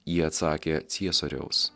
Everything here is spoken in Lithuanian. jie atsakė ciesoriaus